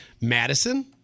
Madison